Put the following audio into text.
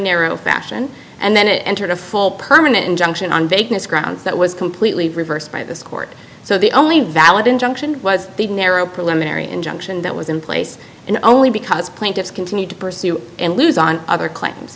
narrow fashion and then it entered a full permanent injunction on vagueness grounds that was completely reversed by this court so the only valid injunction was the narrow preliminary injunction that was in place and only because plaintiffs continue to pursue and lose on other cl